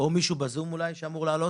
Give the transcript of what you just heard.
מישהו בזום אולי שאמור לעלות?